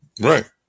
Right